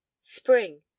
Spring